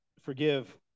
Forgive